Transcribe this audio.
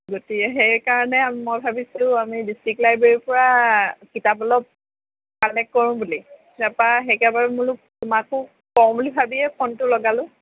গতিকে সেইকাৰণে মই ভাবিছোঁ আমি ডিষ্ট্ৰিক্ট লাইব্ৰেৰীৰ পৰা কিতাপ অলপ কালেক্ট কৰোঁ বুলি তাৰপৰা সেই বোলো তোমাকো কওঁ বুলি ভাবিয়ে ফোনটো লগালো